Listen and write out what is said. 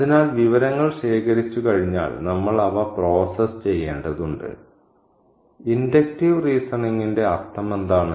അതിനാൽ വിവരങ്ങൾ ശേഖരിച്ചുകഴിഞ്ഞാൽ നമ്മൾ അവ പ്രോസസ്സ് ചെയ്യേണ്ടതുണ്ട് ഇൻഡക്റ്റീവ് റീസണിംഗ്ന്റെ അർത്ഥമെന്താണ്